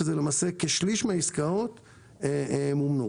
כאשר למעשה כשליש מן העסקאות מומנו.